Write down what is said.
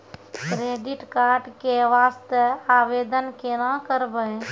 Credit card के वास्ते आवेदन केना करबै?